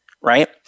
right